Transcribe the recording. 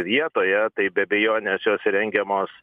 vietoje tai be abejonės jos rengiamos